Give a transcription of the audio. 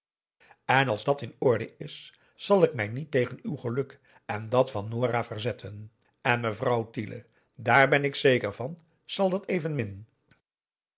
en als dat in orde is zal ik mij niet tegen uw geluk en dat van nora verzetten en mevrouw tiele daar ben ik zeker van zal dat evenmin